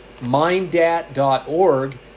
mindat.org